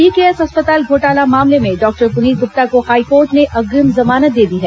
DKS अस्पताल घोटाला मामले में डॉक्टर पुनीत गुप्ता को हाईकोर्ट ने अग्रिम जमानत दे दी है